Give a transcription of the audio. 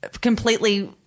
completely